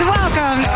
welcome